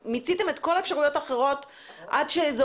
והאם מיציתם את כל האפשרויות האחרות עד שזה